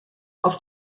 auf